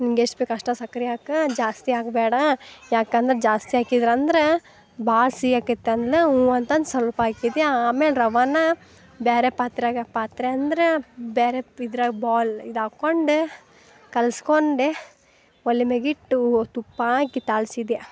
ನಿಂಗೆಷ್ಟು ಬೇಕು ಅಷ್ಟಾ ಸಕ್ರೆ ಹಾಕಾ ಜಾಸ್ತಿ ಹಾಕಬ್ಯಾಡ ಯಾಕಂದ್ರೆ ಜಾಸ್ತಿ ಹಾಕಿದ್ರಂದ್ರೆ ಭಾಳ ಸಿಹಿಯಾಕ್ಯತ್ ಅಂದ್ಲು ಹೂ ಅಂತಂದು ಸ್ವಲ್ಪ ಹಾಕಿದ್ಯ ಆಮೇಲೆ ರವನಾ ಬ್ಯಾರೆ ಪಾತ್ರಗೆ ಪಾತ್ರೆಂದ್ರೆ ಬ್ಯಾರೆ ಪಿದ್ರಗೆ ಬೋಲ್ ಇದಾಕೊಂಡೆ ಕಲ್ಸ್ಕೊಂಡೆ ಒಲೆ ಮ್ಯಾಗಿಟ್ಟು ಒ ತುಪ್ಪ ಹಾಕಿ ತಾಳ್ಸಿದ್ಯ